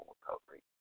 recovery